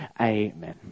Amen